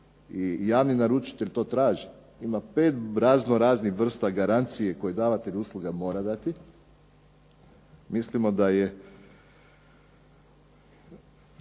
i javni naručitelj to traži, ima pet razno raznih vrsta garancije koje davatelj usluga mora dati, mislimo da je